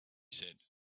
said